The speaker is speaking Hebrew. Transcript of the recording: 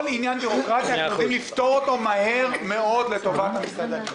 כל עניין בירוקרטי אנחנו יודעים לפתור מהר מאוד לטובת המסעדנים.